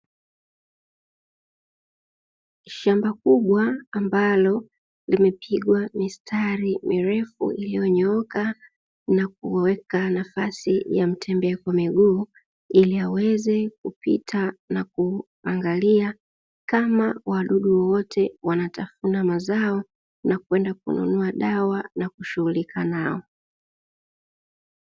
Shamba kubwa ambalo limepigwa mistari mirefu iliyonyooka na kuweka nafasi ya mtembea kwa miguu, ili aweze kupita na kuangalia kama wadudu wowote wanatafuna mazao na kwenda kununua dawa na kushughulika nao.